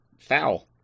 foul